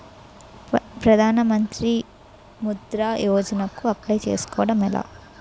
ప్రధాన మంత్రి ముద్రా యోజన కు అప్లయ్ చేసుకోవటం ఎలా?